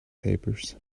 papers